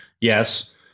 Yes